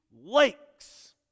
lakes